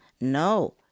no